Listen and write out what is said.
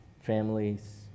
families